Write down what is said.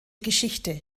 geschichte